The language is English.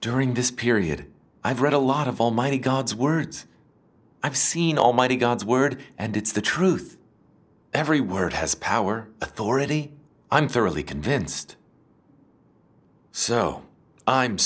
during this period i've read a lot of almighty god's words i've seen almighty god's word and it's the truth every word has power authority i'm thoroughly convinced so i'm